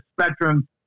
spectrum